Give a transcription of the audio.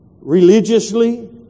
religiously